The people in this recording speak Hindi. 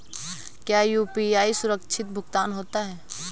क्या यू.पी.आई सुरक्षित भुगतान होता है?